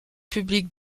public